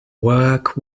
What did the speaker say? work